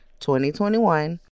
2021